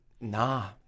Nah